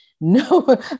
no